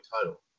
title